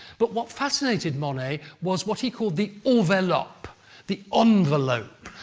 but what fascinated monet was what he called the enveloppe, the envelope,